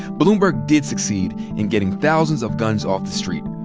bloomberg did succeed in getting thousands of guns off the street.